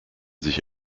sich